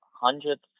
hundreds